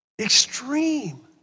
Extreme